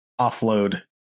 offload